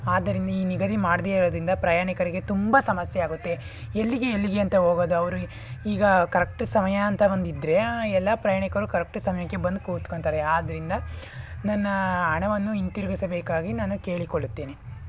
ಆದ್ದರಿಂದ ಈ ನಿಗದಿ ಮಾಡದೇ ಇರೋದರಿಂದ ಪ್ರಯಾಣಿಕರಿಗೆ ತುಂಬ ಸಮಸ್ಯೆ ಆಗುತ್ತೆ ಎಲ್ಲಿಗೆ ಎಲ್ಲಿಗೆ ಅಂತ ಹೋಗೋದು ಅವರು ಈಗ ಕರೆಕ್ಟ್ ಸಮಯ ಅಂತ ಒಂದಿದ್ರೆ ಆ ಎಲ್ಲ ಪ್ರಯಾಣಿಕರು ಕರೆಕ್ಟ್ ಸಮಯಕ್ಕೆ ಬಂದು ಕೂತ್ಕೋತ್ತಾರೆ ಆದ್ರಿಂದ ನನ್ನ ಹಣವನ್ನು ಹಿಂತಿರುಗಿಸಬೇಕಾಗಿ ನಾನು ಕೇಳಿಕೊಳ್ಳುತ್ತೇನೆ